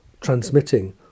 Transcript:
transmitting